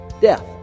death